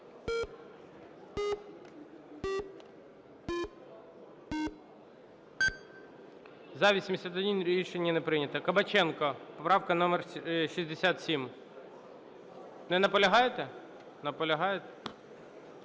За-81 Рішення не прийнято. Кабаченко, правка номер 67. Не наполягаєте? Наполягаєте?